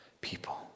people